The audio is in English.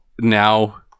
now